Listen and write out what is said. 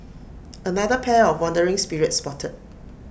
another pair of wandering spirits spotted